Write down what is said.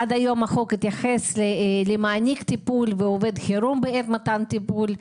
עד היום החוק התייחס למעניק טיפול ועובד חירום בעת מתן טיפול.